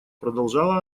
продолжала